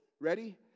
ready